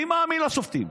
מי מאמין לשופטים,